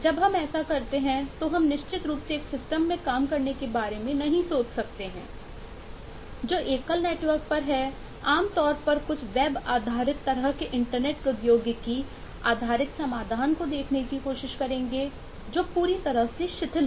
जब हम ऐसा करते हैं तो हम निश्चित रूप से एक सिस्टम प्रौद्योगिकी आधारित समाधान को देखने की कोशिश करेंगे जो पूरी तरह से शिथिल हो